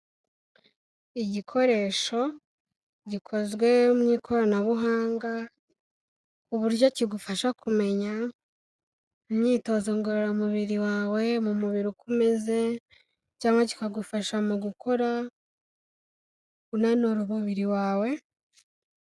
Igikoresho gikozwe mu ikoranabuhanga, uburyo kigufasha kumenya imyitozo ngororamubiri wawe, mu mubiri uko umeze, cyangwa kikagufasha mukora unura umubiri wawe.